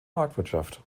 marktwirtschaft